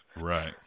Right